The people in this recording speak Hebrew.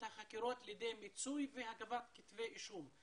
החקירות לידי מיצוי והגשת כתבי אישום?